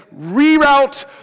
reroute